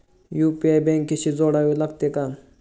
UPI बँकेशी जोडावे लागते का?